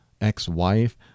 ex-wife